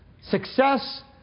success